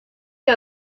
que